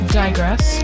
digress